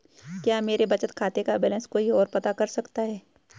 क्या मेरे बचत खाते का बैलेंस कोई ओर पता कर सकता है?